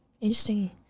interesting